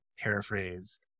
paraphrase